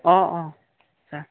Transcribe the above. অঁ অঁ আচ্ছা